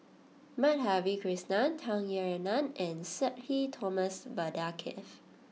Madhavi Krishnan Tung Yue Nang and Sudhir Thomas Vadaketh